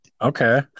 Okay